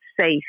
safe